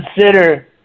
consider